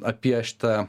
apie šitą